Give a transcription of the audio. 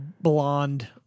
blonde